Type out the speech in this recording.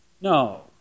No